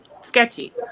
sketchy